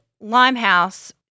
Limehouse